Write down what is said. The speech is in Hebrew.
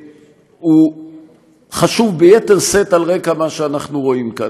והוא חשוב ביתר שאת על רקע מה שאנחנו רואים כאן.